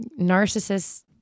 narcissists